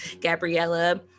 Gabriella